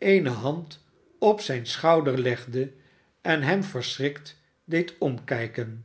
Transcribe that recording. eene hand op zijn schouder legde en hem verschrikt deed omkijken